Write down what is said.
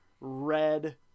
red